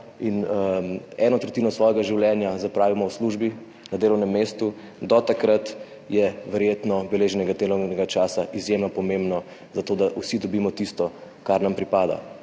in eno tretjino svojega življenja zapravimo v službi, na delovnem mestu, do takrat je verjetno beleženje delovnega časa izjemno pomembno zato, da vsi dobimo tisto, kar nam pripada.